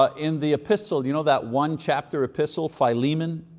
ah in the epistle, you know that one chapter epistle, philemon,